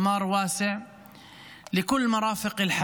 הרס רחב בכל המוסדות והשירותים